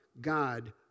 God